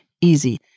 easy